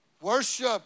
Worship